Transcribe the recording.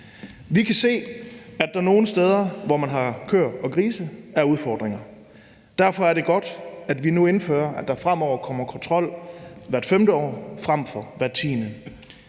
Vi kan se, at der nogle steder, hvor man har køer og grise, er udfordringer. Derfor er det godt, at vi nu indfører, at der fremover kommer kontrol hvert femte år frem for hvert tiende